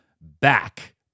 back